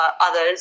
others